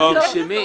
הכול טוב.